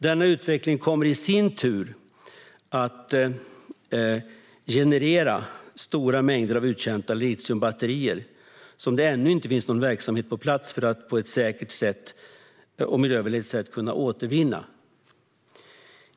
Denna utveckling kommer i sin tur att generera stora mängder av uttjänta litiumbatterier, som det ännu inte finns någon verksamhet på plats för att på ett säkert och miljövänligt sätt kunna återvinna.